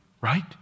right